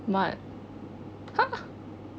mo~ hmm